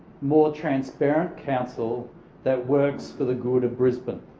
more transparent council that works for the good of brisbane.